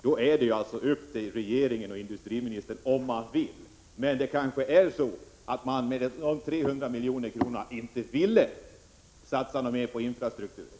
Då är det upp till regeringens och industriministerns vilja. Men kanske är det så beträffande de 300 miljonerna att man inte ville satsa något mer på infrastrukturen.